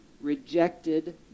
rejected